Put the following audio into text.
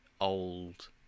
old